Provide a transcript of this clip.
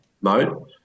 mode